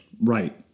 Right